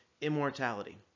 immortality